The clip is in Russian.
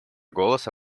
голоса